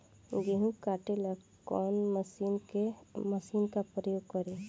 गेहूं काटे ला कवन मशीन का प्रयोग करी?